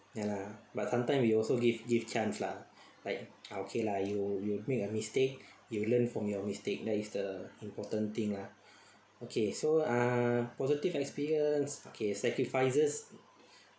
ya lah but sometime we also give give chance lah like okay lah you you make a mistake you learn from your mistake that is the important thing lah okay so uh positive experience okay sacrifices